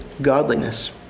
godliness